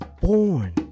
born